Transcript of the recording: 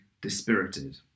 dispirited